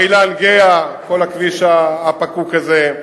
בר-אילן גהה, כל הכביש הפקוק הזה,